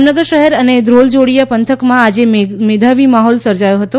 જામનગર શહેર અને ધ્રોલ જોડીયા પંથકમાં આજે મેધાવી માહોલ સર્જાયો હતો